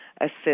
assist